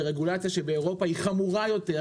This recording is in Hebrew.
ברגולציה שבאירופה היא חמורה יותר.